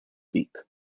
beak